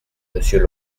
monsieur